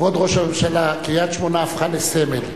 כבוד ראש הממשלה, קריית-שמונה הפכה לסמל,